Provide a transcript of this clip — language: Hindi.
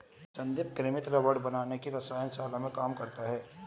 संदीप कृत्रिम रबड़ बनाने की रसायन शाला में काम करता है